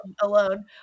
alone